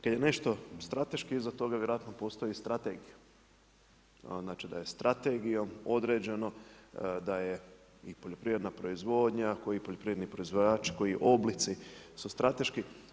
Kada je nešto strateški, iza toga vjerojatno postoji strategija, znači da je strategijom određeno da je i poljoprivredna proizvodnja, koji poljoprivredni proizvođači, koji oblici su strateški.